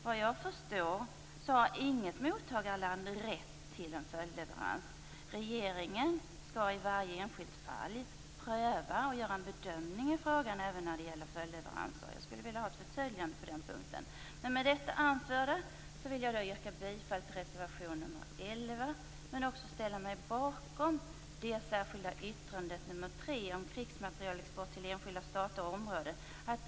Vad jag förstår har inget mottagarland rätt till en följdleverans. Regeringen skall i varje enskilt fall pröva och göra en bedömning av frågan, även när det gäller följdleveranser. Jag skulle vilja ha ett förtydligande på den punkten. Med det anförda vill jag yrka bifall till reservation nr 11, men också ställa mig bakom det särskilda yttrandet nr 3, om krigsmaterielexport till enskilda stater och områden.